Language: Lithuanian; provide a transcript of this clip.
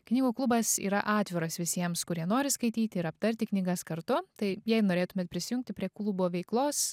knygų klubas yra atviras visiems kurie nori skaityti ir aptarti knygas kartu tai jei norėtumėt prisijungti prie klubo veiklos